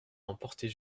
emporter